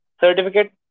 Certificate